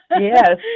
yes